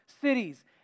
cities